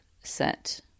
set